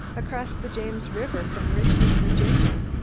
across the james river from richmond, virginia.